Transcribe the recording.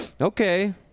Okay